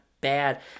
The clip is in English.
bad